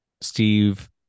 Steve